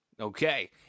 Okay